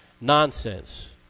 nonsense